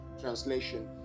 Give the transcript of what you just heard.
Translation